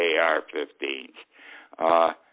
AR-15s